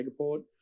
megaport